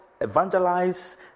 evangelize